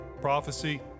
prophecy